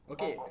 Okay